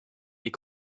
est